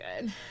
good